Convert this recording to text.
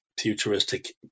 futuristic